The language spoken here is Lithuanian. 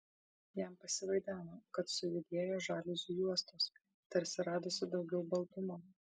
jam pasivaideno kad sujudėjo žaliuzių juostos tarsi radosi daugiau baltumo